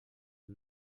els